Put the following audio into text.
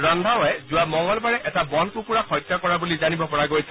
ৰন্ধাৱাই যোৱা মঙ্গলবাৰে এটা বন কুকুৰা হত্যা কৰা বুলি জানিব পৰা গৈছে